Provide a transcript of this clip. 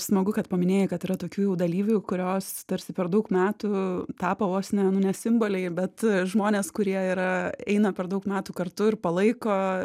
smagu kad paminėjai kad yra tokių jau dalyvių kurios tarsi per daug metų tapo vos ne nu ne simboliai bet žmonės kurie yra eina per daug metų kartu ir palaiko